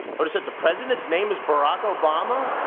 but said the president's name is barack obama?